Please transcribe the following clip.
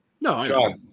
No